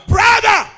Brother